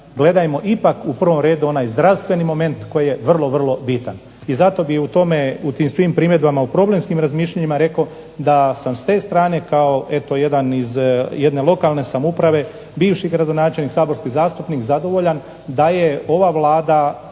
gledajmo ipak u onaj zdravstveni moment koji je vrlo bitan i zato bi s tim primjedbama u programskim razmišljanjima rekao da sam s te strane kao jedan iz jedne lokalne samouprave, bivši gradonačelnik, saborski zastupnik zadovoljan da je ova Vlada